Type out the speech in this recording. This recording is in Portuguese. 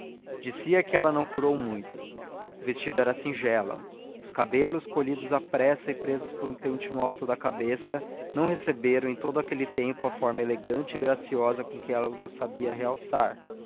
de si é que ela não curou muito o vestido era singelo os cabelos colhidos à pressa e presos por um pente no alto da cabeça não receberam em todo aquele tempo a forma elegante e graciosa com que ela os sabia realçar